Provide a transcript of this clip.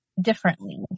differently